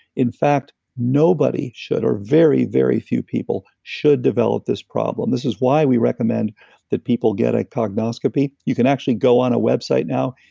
in fact, nobody should, or very, very few people should develop this problem. this is why we recommend that people get a cognoscopy. you can actually go on a website now,